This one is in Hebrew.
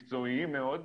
מקצועיים מאוד,